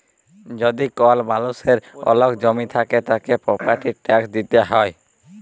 যদি কল মালুষের ওলেক জমি থাক্যে, তাকে প্রপার্টির ট্যাক্স দিতে হ্যয়